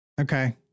Okay